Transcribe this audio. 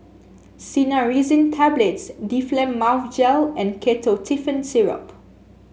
Cinnarizine Tablets Difflam Mouth Gel and Ketotifen Syrup